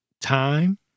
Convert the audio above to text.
time